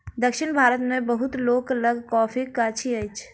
दक्षिण भारत मे बहुत लोक लग कॉफ़ीक गाछी अछि